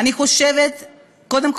קודם כול,